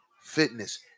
fitness